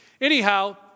Anyhow